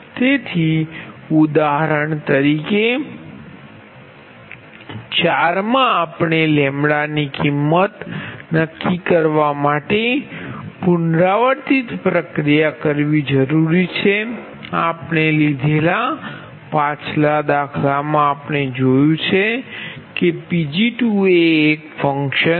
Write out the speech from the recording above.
તેથી ઉદાહરણ તરીકે ઉદાહરણ 4 મા આપણે ની કિંમત નક્કી કરવા માટે પુનરાવર્તિત પ્રક્રિયા કરવી જરૂરી છે આપણે લીધેલા પાછલા દાખલામા આપણે જોયું છે કે Pg2એ એક ફંક્શન છે